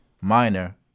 minor